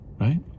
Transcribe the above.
right